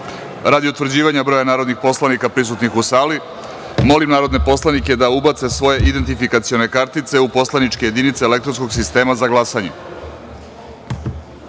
utvrđivanja broja narodnih poslanika prisutnih u sali, molim narodne poslanike da ubace svoje kartice u poslaničke jedinice elektronskog sistema za